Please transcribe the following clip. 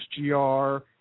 SGR